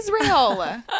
Israel